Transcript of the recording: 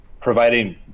providing